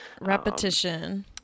repetition